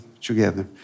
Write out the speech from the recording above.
together